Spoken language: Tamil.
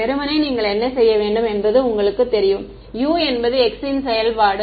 வெறுமனே நீங்கள் என்ன செய்ய வேண்டும் என்பது உங்களுக்குத் தெரியும் U என்பது x ன் ஒரு செயல்பாடு